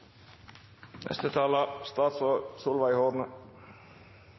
Neste taler